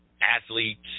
athletes